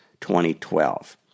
2012